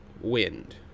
Wind